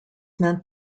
meant